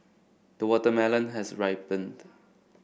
the watermelon has ripened